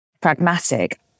pragmatic